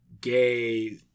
gay